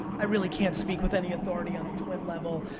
i really can't speak with any authority on the twin level.